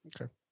Okay